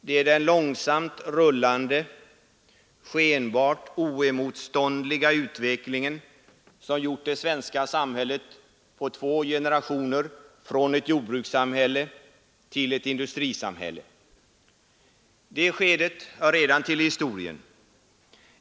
Det är den långsamt rullande, skenbart oemotståndliga utvecklingen som på två generationer har förändrat det svenska samhället från ett jordbrukssamhälle till ett industrisamhälle. Det skedet hör redan till historien.